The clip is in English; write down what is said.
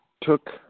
took